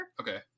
okay